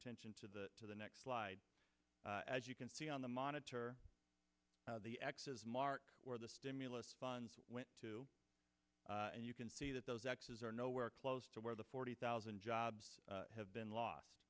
attention to the to the next slide as you can see on the monitor the x's mark where the stimulus funds went to and you can see that those x s are nowhere close to where the forty thousand jobs have been